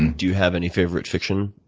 and do you have any favorite fiction?